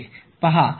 पहा हे असे आहे